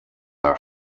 are